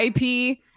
IP